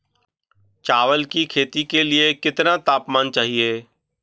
चावल की खेती के लिए कितना तापमान चाहिए?